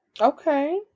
Okay